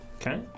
Okay